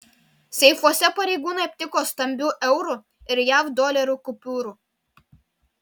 seifuose pareigūnai aptiko stambių eurų ir jav dolerių kupiūrų